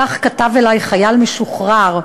כך כתב אלי חייל משוחרר,